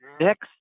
Next